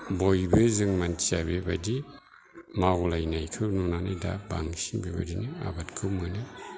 बयबो जों मानथिया बेबायदि मावलायनायखौ नुनानै दा बांसिन बेबायदिनो आबादखौ मोनो